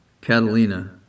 Catalina